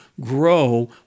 grow